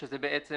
שזה בעצם